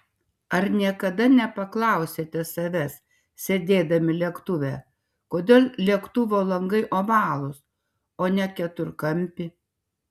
ar niekada nepaklausėte savęs sėdėdami lėktuve kodėl lėktuvo langai ovalūs o ne keturkampi